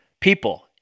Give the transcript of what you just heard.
people